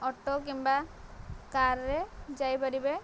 auto କିମ୍ବା କାର୍ରେ ଯାଇପାରିବେ